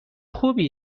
خوبی